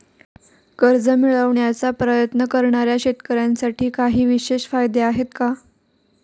कर्ज मिळवण्याचा प्रयत्न करणाऱ्या शेतकऱ्यांसाठी काही विशेष फायदे आहेत का?